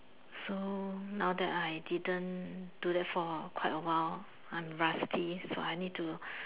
so now that I didn't do that for quite a while I'm rusty so I need to